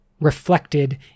reflected